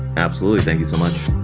absolutely. thank you so much.